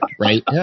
right